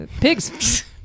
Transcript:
Pigs